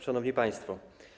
Szanowni Państwo!